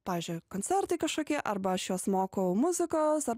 pavyzdžiui koncertai kažkokie arba aš juos mokau muzikos ar